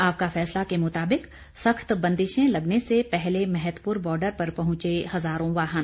आपका फैसला के मुताबिक सख्त बंदिशें लगने से पहले मैहतपुर बॉर्डर पर पहुंचे हजारों वाहन